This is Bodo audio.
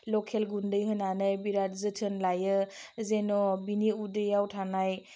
लखेल गुन्दै होनानै बिराथ जोथोन लायो जेन' बिनि उदैयाव थानाय